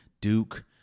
Duke